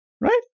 right